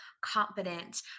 competent